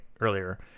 earlier